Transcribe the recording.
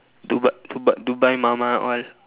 duba~ duba~ dubai மாமா:maamaa all